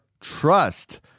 trust